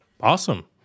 Awesome